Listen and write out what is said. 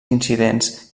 incidents